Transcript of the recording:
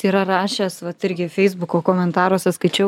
yra rašęs vat irgi feisbuko komentaruose skaičiau